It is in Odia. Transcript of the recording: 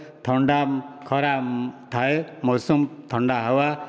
ଥଣ୍ଡା ଖରା ଥାଏ ମୌସମ ଥଣ୍ଡା ହାୱା